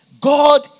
God